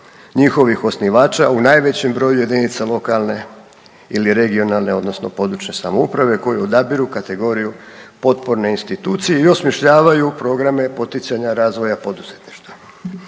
njihovih osnivača u najvećem broju jedinice lokalne ili regionalne odnosno područne samouprave koji odabiru kategoriju potporne institucije i osmišljavaju programe poticanja razvoja poduzetništva.